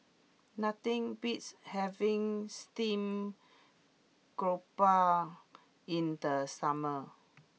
nothing beats having Steamed Garoupa in the summer